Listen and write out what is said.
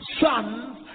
sons